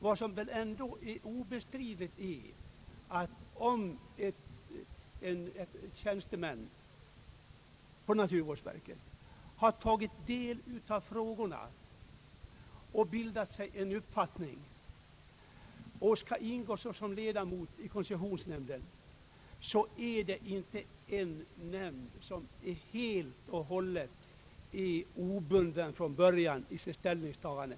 Då är det väl ändå obestridligt att om en tjänsteman i naturvårdsverket, som alltså redan har tagit del av frågorna och bildat sig en uppfattning, sedan skall ingå såsom ledamot i koncessionsnämnden det inte blir en nämnd som är helt obunden i sitt ställningstagande, när alltså någon eller några av dess ledamöter redan förut måste anses vara påverkade i sitt ställningstagande.